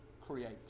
create